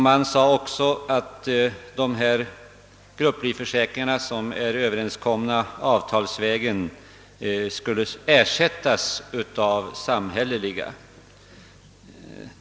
Man sade också att de grupplivförsäkringar, om vilka överenskommelse träffats avtalsvägen, skulle ersättas av samhälleliga.